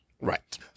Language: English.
right